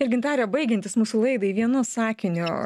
ir gintare baigiantis mūsų laidai vienu sakiniu